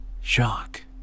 shock